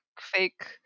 fake